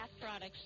products